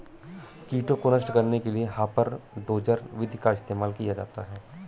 कीटों को नष्ट करने के लिए हापर डोजर विधि का इस्तेमाल किया जाता है